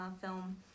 film